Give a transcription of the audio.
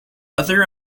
other